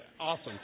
Awesome